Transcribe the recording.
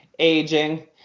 aging